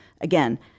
again